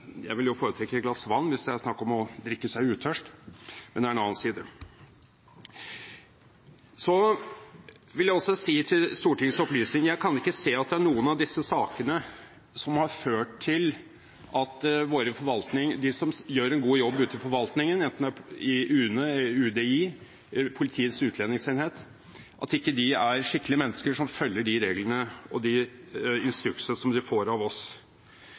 Jeg vil foretrekke et glass vann hvis det er snakk om å drikke seg utørst, men det er en annen side. Jeg vil også si til Stortingets opplysning: Jeg kan ikke se at det er noen av disse sakene som har vist at de som gjør en god jobb i forvaltningen – enten det er UNE, UDI eller Politiets utlendingsenhet – ikke er skikkelige mennesker, som følger de reglene og instruksene de får av oss.